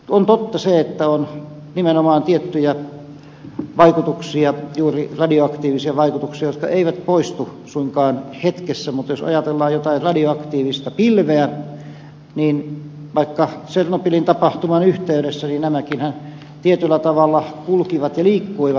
on totta se että on nimenomaan tiettyjä vaikutuksia radioaktiivisia vaikutuksia jotka eivät poistu suinkaan hetkessä mutta jos ajatellaan jotain radioaktiivista pilveä vaikka tsernobylin tapahtuman yhteydessä niin nämäkinhän tietyllä tavalla kulkivat ja liikkuivat